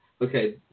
Okay